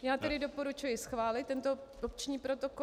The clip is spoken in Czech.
Já tedy doporučuji schválit tento opční protokol.